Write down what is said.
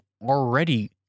already